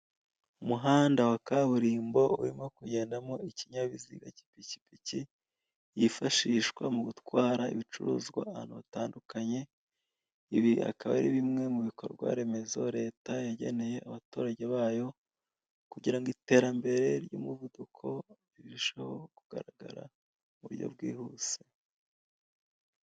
Umuhanda wa kaburimbo urimo kugendamo ikinyabiziga cy'ipikipiki, yifashishwa mu gutwara ibicuruzwa ahantu hatandukanye, ibi akaba ari bimwe mu bikorwa remezo leta yageneye abaturage bayo, kugira ngo iterambere ry'umuvuduko rirusheho kugaragara mu buryo bwihuse.